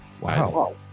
Wow